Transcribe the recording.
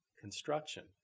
construction